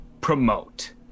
promote